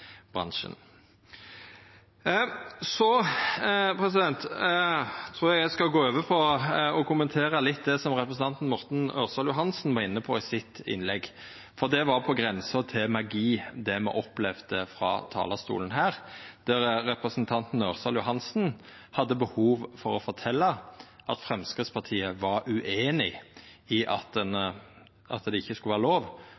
bransjen. Eg skal gå over til å kommentera litt av det som representanten Morten Ørsal Johansen var inne på i sitt innlegg, for det var på grensa til magi, det me opplevde frå talarstolen her, der representanten Ørsal Johansen hadde behov for å fortelja at Framstegspartiet var ueinig i at det ikkje skulle vera lov